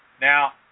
Now